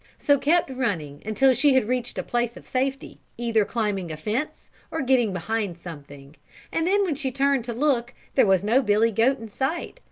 so kept running until she had reached a place of safety, either climbing a fence or getting behind something and then when she turned to look there was no billy goat in sight,